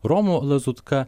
romu lazutka